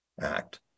Act